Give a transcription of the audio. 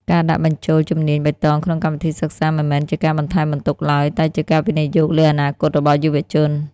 ការដាក់បញ្ចូលជំនាញបៃតងក្នុងកម្មវិធីសិក្សាមិនមែនជាការបន្ថែមបន្ទុកឡើយ តែជាការវិនិយោគលើអនាគតរបស់យុវជន។